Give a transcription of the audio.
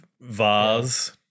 vase